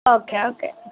okay okay